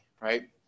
right